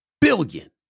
billion